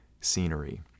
scenery